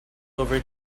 over